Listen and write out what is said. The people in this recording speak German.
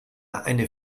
eine